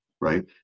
right